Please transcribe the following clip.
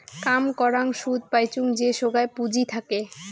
কাম করাং সুদ পাইচুঙ যে সোগায় পুঁজি থাকে